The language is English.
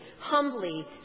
humbly